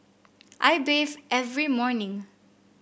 I bathe every morning